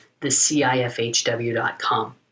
thecifhw.com